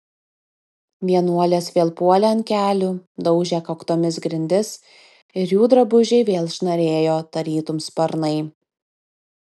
vienuolės vėl puolė ant kelių daužė kaktomis grindis ir jų drabužiai vėl šnarėjo tarytum sparnai